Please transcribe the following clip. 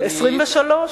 1923?